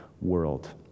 world